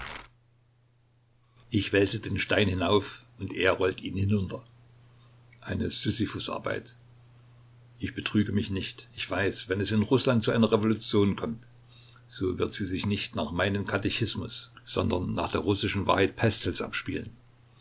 ich wälze den stein hinauf und er rollt ihn hinunter eine sisyphusarbeit ich betrüge mich nicht ich weiß wenn es in rußland zu einer revolution kommt so wird sie sich nicht nach meinem katechismus sondern nach der russischen wahrheit pestels abspielen